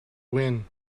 win